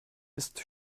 ist